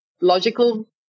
logical